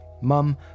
Mum